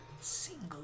Single